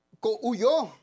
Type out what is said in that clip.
huyó